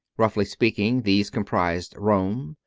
roughly speaking, these comprised rome,